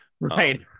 right